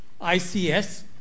ICS